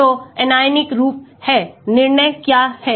तो anionic रूप है निर्णय क्या है